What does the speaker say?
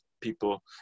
people